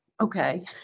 okay